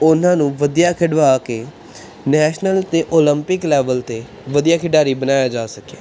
ਉਨ੍ਹਾਂ ਨੂੰ ਵਧੀਆ ਖਿਡਵਾ ਕੇ ਨੈਸ਼ਨਲ ਅਤੇ ਉਲੰਪਿਕ ਲੈਵਲ 'ਤੇ ਵਧੀਆ ਖਿਡਾਰੀ ਬਣਾਇਆ ਜਾ ਸਕੇ